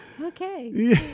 Okay